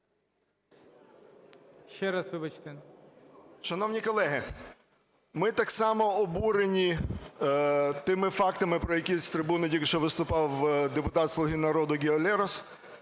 Ще раз, вибачте.